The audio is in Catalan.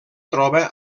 troba